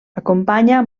acompanya